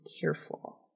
careful